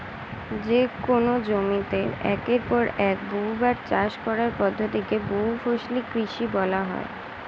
যেকোন জমিতে একের পর এক বহুবার চাষ করার পদ্ধতি কে বহুফসলি কৃষি বলা হয়